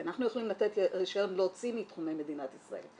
כי אנחנו יכולים לתת רישיון להוציא מתחומי מדינת ישראל.